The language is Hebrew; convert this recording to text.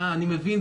אני מבין,